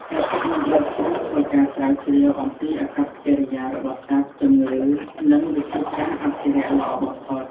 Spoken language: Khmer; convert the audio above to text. មជ្ឈមណ្ឌលខ្លះធ្វើការស្រាវជ្រាវអំពីអាកប្បកិរិយារបស់សត្វ ជំងឺ និងវិធីសាស្រ្តអភិរក្សល្អបំផុត។